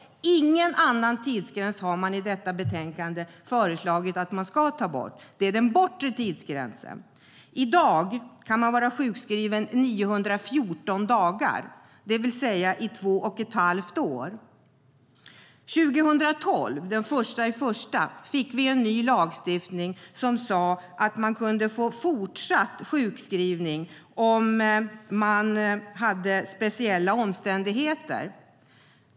Det är ingen annan tidsgräns som man i detta betänkande har föreslagit att man ska ta bort. Det är den bortre tidsgränsen.I dag kan man vara sjukskriven 914 dagar, det vill säga två och ett halvt år. År 2012, den 1 januari, fick vi en ny lagstiftning som sade att man kunde få fortsatt sjukskrivning om det var speciella omständigheter.